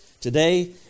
today